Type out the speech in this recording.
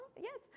yes